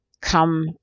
come